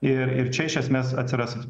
ir ir čia iš esmės atsiras